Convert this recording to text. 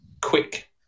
quick